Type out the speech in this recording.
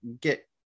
get